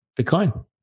Bitcoin